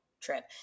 trip